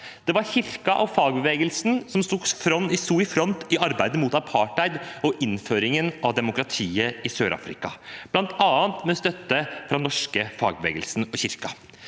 Det var kirken og fagbevegelsen som stod i front i arbeidet mot apartheid og med innføringen av demokratiet i Sør-Afrika, blant annet med støtte fra den norske fagbevegelsen og kirken.